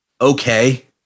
okay